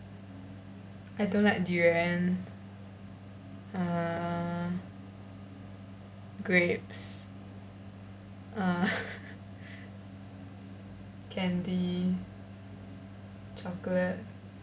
I don't like durian err grapes err candy chocolate